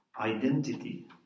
identity